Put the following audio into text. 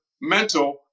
mental